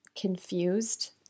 confused